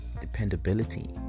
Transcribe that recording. dependability